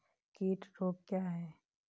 कीट रोग क्या है?